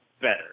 better